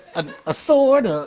a ah sword. ah